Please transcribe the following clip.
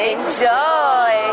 Enjoy